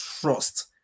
trust